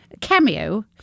Cameo